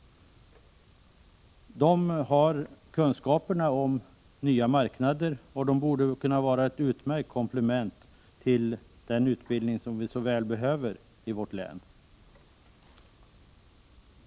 Där finns kunskaperna om nya marknader, och detta borde kunna vara ett utmärkt komplement till den utbildning som vi så väl behöver i vårt län.